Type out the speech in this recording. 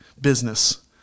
business